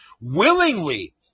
willingly